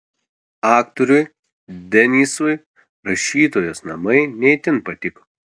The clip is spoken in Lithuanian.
aktoriui denysui rašytojos namai ne itin patiko